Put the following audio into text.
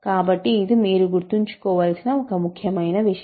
కాబట్టి ఇది మీరు గుర్తుంచుకోవలసిన ఒక ముఖ్యమైన విషయం